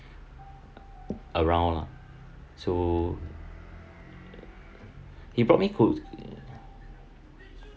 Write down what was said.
around lah so he brought me to